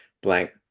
blank